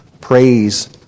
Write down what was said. praise